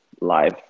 live